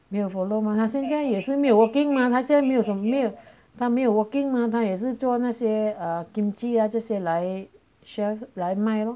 没有 follow 吗他现在也是没有 working mah 他现在没有没有 working mah 也是做那些 err kimchi ah 这些来 chef 来卖 lor